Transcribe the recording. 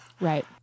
Right